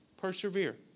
Persevere